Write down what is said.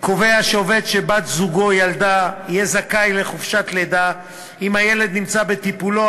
קובע שעובד שבת-זוגו ילדה יהיה זכאי לחופשת לידה אם הילד נמצא בטיפולו